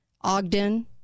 Ogden